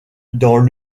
dans